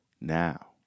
now